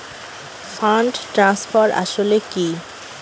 Fund transfer আসলে কী?